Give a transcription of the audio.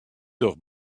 docht